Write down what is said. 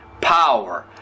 power